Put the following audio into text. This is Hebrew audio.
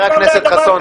חבר הכנסת חסון,